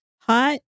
hot